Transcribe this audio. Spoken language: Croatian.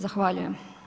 Zahvaljujem.